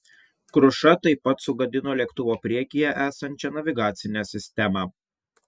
kruša taip pat sugadino lėktuvo priekyje esančią navigacinę sistemą